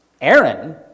Aaron